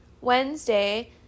Wednesday